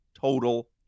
total